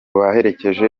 baherekeje